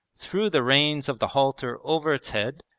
threw the reins of the halter over its head,